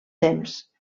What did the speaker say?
temps